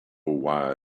why